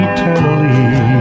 Eternally